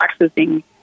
accessing